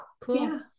Cool